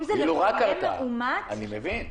אם זה לחולה מאומת --- אני מבין,